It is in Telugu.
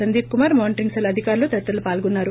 సందీప్ కుమార్ మోనటరింగ్ సెల్ అధికారులు తదితరులు పాల్గొన్నారు